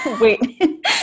Wait